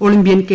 Olympian K